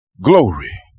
glory